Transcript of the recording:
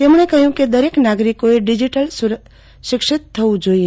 તેમણે કહ્યું કે દરેક નાગરિકોએ ડીજીટલ શિક્ષિત થવું જોઇએ